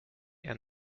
and